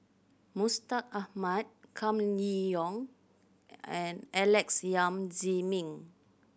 Mustaq Ahmad Kam Kee Yong and Alex Yam Ziming